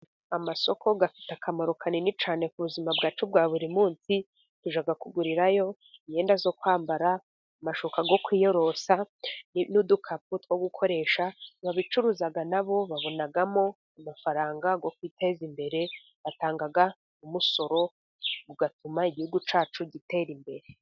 Amasoko afite akamaro kanini cyane ku buzima bwacu bwa buri munsi, tujya kugurirayo imyenda yo kwambara, amashuka yo kwiyorosa, n'udukapu two gukoresha. Ababicuruza nabo babonamo amafaranga yo kwiteza imbere, batanga umusoro ugatuma igihugu cyacu gitera imbere.